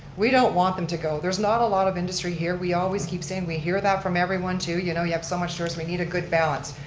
we don't want them to go. there's not a lot of industry here. we always keep saying we hear that from everyone too, you know, you have so much, we need a good balance.